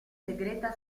segreta